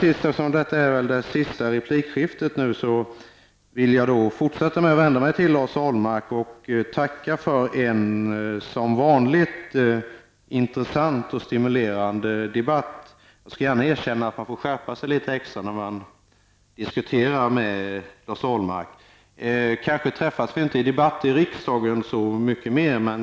Eftersom detta är det sista replikskiftet vill jag fortsätta och vända mig till Lars Ahlmark. Jag vill tacka för en som vanligt intressant och stimulerande debatt. Jag skall gärna erkänna att man får skärpa sig litet extra när man diskuterar med Lars Ahlmark. Vi träffas kanske inte i debatt i riksdagen så mycket mer.